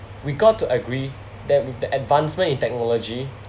we got to agree that with the advancement in technology